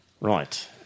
Right